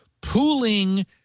pooling